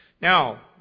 Now